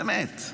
באמת,